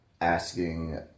asking